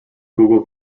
google